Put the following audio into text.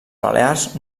balears